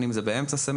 בין אם זה באמצע סמסטר,